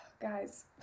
guys